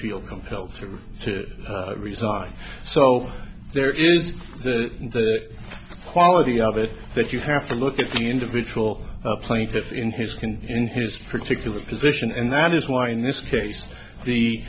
feel compelled to resign so there is the quality of it that you have to look at the individual plaintiff in his can in his particular position and that is why in this case the